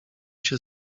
się